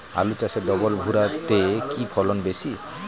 আলু চাষে ডবল ভুরা তে কি ফলন বেশি?